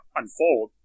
unfold